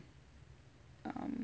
um